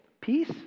peace